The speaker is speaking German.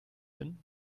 bin